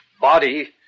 body